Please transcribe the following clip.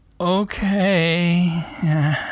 okay